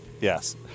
Yes